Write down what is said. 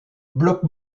blocs